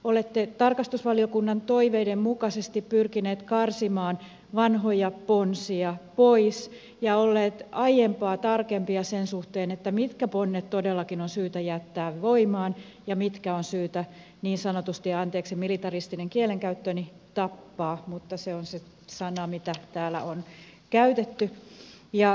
olette tarkastusvaliokunnan toiveiden mukaisesti pyrkineet karsimaan vanhoja ponsia pois ja olleet aiempaa tarkempia sen suhteen mitkä ponnet todellakin on syytä jättää voimaan ja mitkä on syytä niin sanotusti tappaa anteeksi militaristinen kielenkäyttöni mutta se on se sana mitä täällä on käytetty